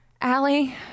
Allie